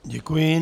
Děkuji.